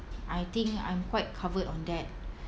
I think I'm quite covered on that